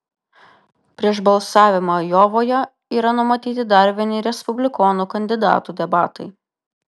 prieš balsavimą ajovoje yra numatyti dar vieni respublikonų kandidatų debatai